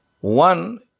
One